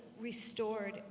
restored